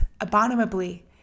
abominably